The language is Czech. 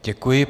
Děkuji.